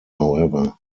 however